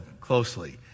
closely